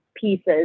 pieces